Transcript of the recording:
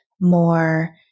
more